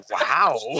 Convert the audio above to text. Wow